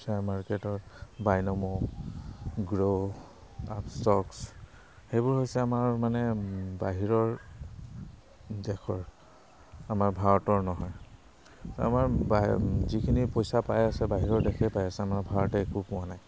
share মাৰ্কেটৰ Binomo Groww app stocks সেইবোৰ হৈছে আমাৰ মানে বাহিৰৰ দেশৰ আমাৰ ভাৰতৰ নহয় আমাৰ যিখিনি পইচা পাই আছে বাহিৰৰ দেশেই পাই আছে আমাৰ ভাৰতে একো পোৱা নাই